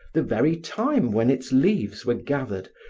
the very time when its leaves were gathered,